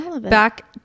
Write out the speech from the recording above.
back